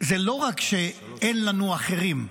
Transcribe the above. זה לא רק שאין לנו אחרים,